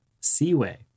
Seaway